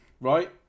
Right